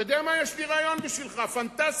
יש לי רעיון בשבילך, פנטסטי: